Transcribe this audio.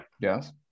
Yes